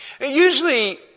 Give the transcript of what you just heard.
Usually